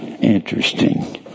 interesting